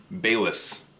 Bayless